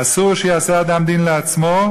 אסור שיעשה אדם דין לעצמו,